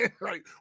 Right